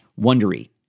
Wondery